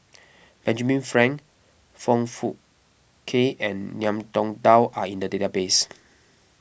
Benjamin Frank Foong Fook Kay and Ngiam Tong Dow are in the database